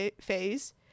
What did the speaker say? phase